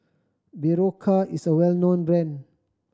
Berocca is a well known brand